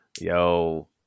Yo